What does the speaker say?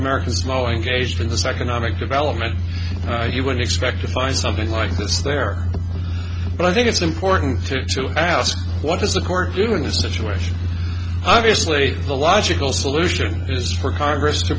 americans mowing gauge from this economic development you would expect to find something like this there but i think it's important to ask what is the core doing the situation obviously the logical solution is for congress to